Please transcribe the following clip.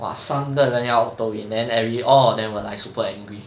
!wah! 三个人要 octo in then every all of them were like super angry